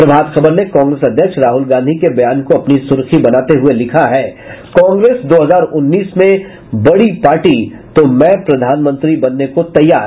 प्रभात खबर ने कांग्रेस अध्यक्ष राहुल गांधी के बयान को अपनी सुर्खी बनाते हुये लिखा है कांग्रेस दो हजार उन्नीस में बड़ी पार्टी तो मैं प्रधानमंत्री बनने को तैयार